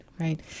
right